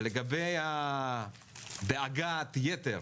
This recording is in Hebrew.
ולגבי דאגת היתר